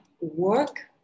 work